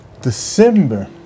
december